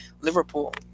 Liverpool